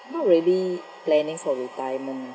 not really planning for retirement